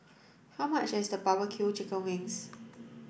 how much is barbecue chicken wings